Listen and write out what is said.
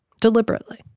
deliberately